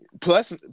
Plus